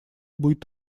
будут